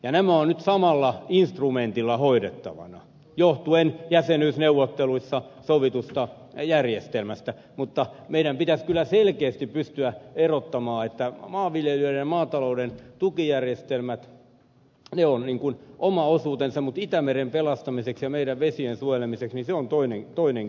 nämä ovat nyt samalla instrumentilla hoidettavina johtuen jäsenyysneuvotteluissa sovitusta järjestelmästä mutta meidän pitäisi kyllä selkeästi pystyä erottamaan että maanviljelijöiden ja maatalouden tukijärjestelmät ovat oma osuutensa ja itämeren pelastaminen ja meidän vesiemme suojeleminen on toinen kysymys